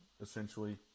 essentially